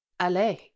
Allez